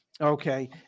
okay